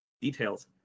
Details